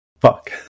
Fuck